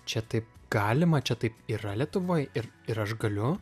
čia taip galima čia taip yra lietuvoj ir ir aš galiu